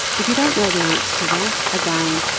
if you don't know the answer to that, again,